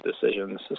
decisions